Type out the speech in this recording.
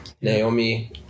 Naomi